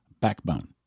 backbone